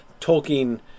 Tolkien